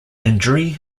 injury